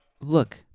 look